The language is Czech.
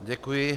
Děkuji.